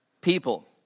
people